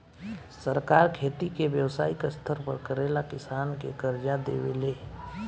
सरकार खेती के व्यवसायिक स्तर पर करेला किसान के कर्जा देवे ले